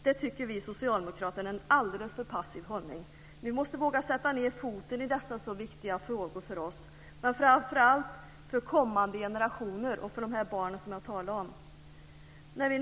Det tycker vi socialdemokrater är en alldeles för passiv hållning. Vi måste våga sätta ned foten i dessa så viktiga frågor för oss och, framför allt, för kommande generationer - för barnen, som jag nyss talade om.